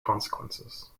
consequences